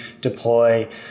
deploy